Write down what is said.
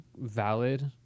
valid